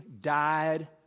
died